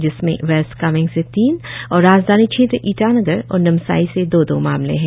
जिसमें वेस्ट कामेंग से तीन और राजधानी क्षेत्र ईटानगर और नामसाई से दो दो मामले है